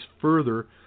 further